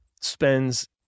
spends